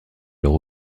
leur